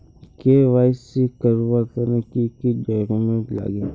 KYC करवार तने की की डॉक्यूमेंट लागे?